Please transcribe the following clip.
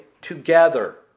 together